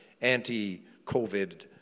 anti-COVID